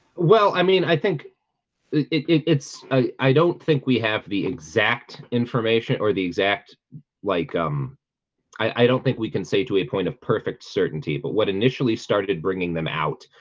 well, i mean, i think it's i i don't think we have the exact information or the exact like um i don't think we can say to a point of perfect certainty but what initially started bringing them out?